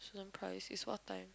student price is what time